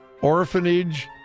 Orphanage